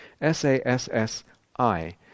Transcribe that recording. S-A-S-S-I